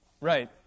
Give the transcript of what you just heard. Right